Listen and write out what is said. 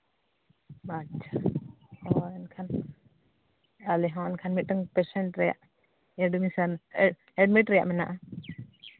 ᱟᱪᱪᱷᱟ ᱦᱳᱭ ᱮᱱᱠᱷᱟᱱ ᱟᱞᱮ ᱦᱚᱸ ᱮᱱᱠᱷᱟᱱ ᱢᱤᱫᱴᱟᱱ ᱯᱮᱥᱮᱱᱴ ᱨᱮᱭᱟᱜ ᱮᱰᱢᱤᱥᱮᱱ ᱮᱰᱢᱤᱴ ᱨᱮᱭᱟᱜ ᱢᱮᱱᱟᱜᱼᱟ